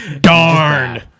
Darn